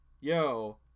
Yo